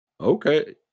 Okay